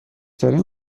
ترین